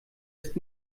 ist